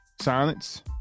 silence